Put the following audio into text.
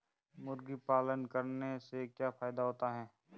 मुर्गी पालन करने से क्या फायदा होता है?